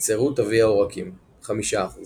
היצרות אבי העורקים 5%